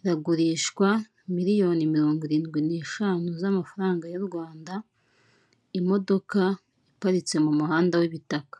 iragurishwa miliyoni mirongo irindwi n'eshanu z'amafaranga y'u Rwanda, imodoka iparitse mu muhanda w'ibitaka.